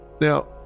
Now